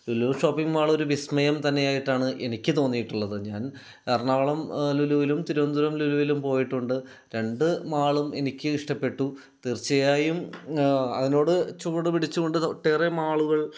Lulu shopping mall ഒരു വിസ്മയം തന്നെയായിട്ടാണ് എനിക്ക് തോന്നിയിട്ടുള്ളത് ഞാൻ എറണാകുളം ലുലുവിലും തിരുവനന്തപുരം ലുലുവിലും പോയിട്ടുണ്ട് രണ്ട് മാളും എനിക്ക് ഇഷ്ടപ്പെട്ടു തീർച്ചയായും അതിനോട് ചുവട് പിടിച്ചു കൊണ്ട് ഒട്ടേറെ മാളുകൾ